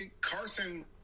Carson